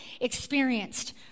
experienced